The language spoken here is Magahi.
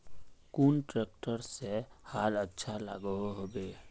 कुन ट्रैक्टर से हाल अच्छा लागोहो होबे?